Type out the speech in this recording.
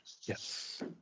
Yes